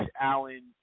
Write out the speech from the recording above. Allen